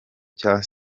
cya